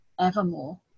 evermore